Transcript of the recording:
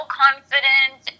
confident